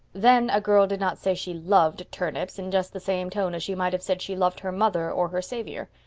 then a girl did not say she loved turnips, in just the same tone as she might have said she loved her mother or her savior.